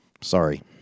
Sorry